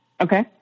Okay